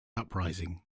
uprising